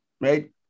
right